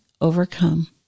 overcome